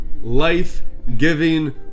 life-giving